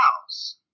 house